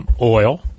oil